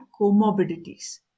comorbidities